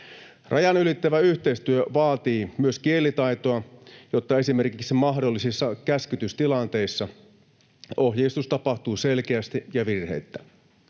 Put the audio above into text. Rajan ylittävä yhteistyö vaatii myös kielitaitoa, jotta esimerkiksi mahdollisissa käskytystilanteissa ohjeistus tapahtuu selkeästi ja virheittä.